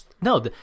No